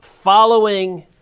Following